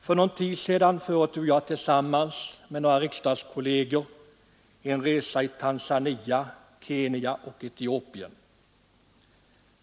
För någon tid sedan företog jag tillsammans med några riksdagskolleger en resa i Tanzania, Kenya och Etiopien.